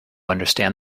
understand